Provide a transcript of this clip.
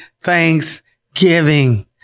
thanksgiving